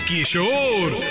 Kishore